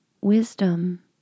wisdom